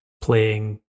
playing